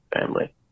family